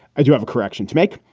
i do have a correction to make.